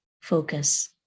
focus